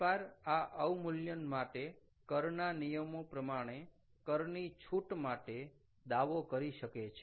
વેપાર આ અવમૂલ્યન માટે કરના નિયમો પ્રમાણે કરની છૂટ માટે દાવો કરી શકે છે